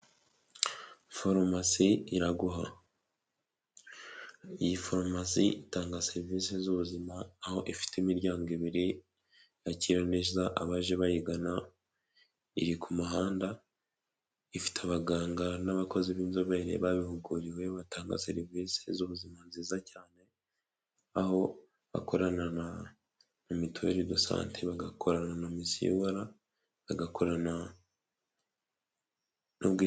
Farumasi Iraguha! Iyi farumasi itanga serivisi z'ubuzima .Aho ifite imiryango ibiri, yakira neza abaje bayigana, iri ku muhanda, ifite abaganga n'abakozi b'inzobere babihuguriwe batanga serivisi z'ubuzima nziza cyane. Aho bakorana na mituweli dosante, bagakorana na MISUR, bagakorana n'ubwi.